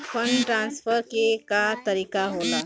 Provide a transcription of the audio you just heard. Fund transfer के का तरीका होला?